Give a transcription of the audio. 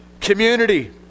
community